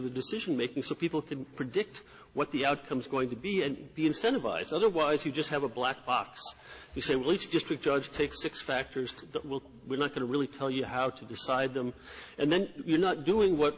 the decision making so people can predict what the outcome is going to be and incentivise otherwise you just have a black box you say which district judge takes six factors that will we're not going to really tell you how to decide them and then you're not doing what